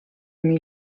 мій